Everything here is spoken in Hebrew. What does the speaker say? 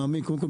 מעמיק קודם כול,